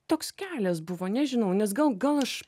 toks kelias buvo nežinau nes gal gal aš